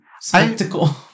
spectacle